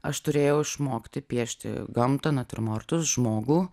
aš turėjau išmokti piešti gamtą natiurmortus žmogų